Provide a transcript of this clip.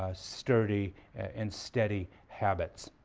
ah sturdy and steady habits,